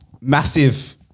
massive